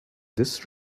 this